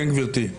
כן, גברתי.